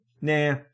Nah